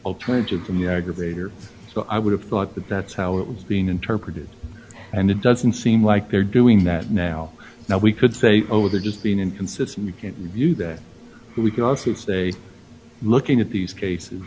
alternatives in the aggregate or so i would have thought that that's how it was being interpreted and it doesn't seem like they're doing that now now we could say oh they're just being inconsistent you can view that we can also say looking at these cases